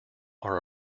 are